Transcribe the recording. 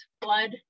blood